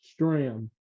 Stram